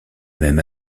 même